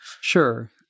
Sure